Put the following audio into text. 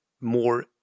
more